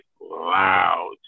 loud